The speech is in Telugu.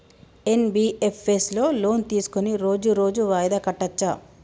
ఎన్.బి.ఎఫ్.ఎస్ లో లోన్ తీస్కొని రోజు రోజు వాయిదా కట్టచ్ఛా?